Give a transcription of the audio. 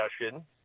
discussion